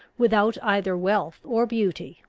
without either wealth or beauty,